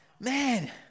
Man